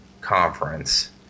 Conference